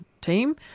team